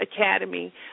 Academy